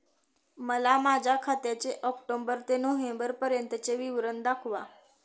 मला माझ्या खात्याचे ऑक्टोबर ते नोव्हेंबर पर्यंतचे विवरण दाखवा